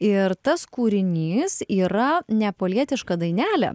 ir tas kūrinys yra neapolietiška dainelė